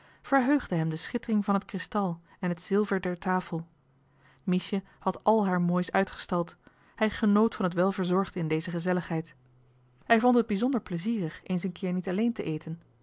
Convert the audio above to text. verheugde hem de schittering van het kristal en het zilver der tafel miesje had al haar moois uitgestald hij genoot van het welverzorgde in deze gezelligheid hij vond het bijzonder plezierig eens een keer niet alleen te eten